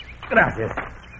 Gracias